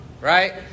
right